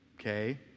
Okay